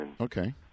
Okay